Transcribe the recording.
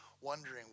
wondering